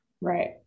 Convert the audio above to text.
right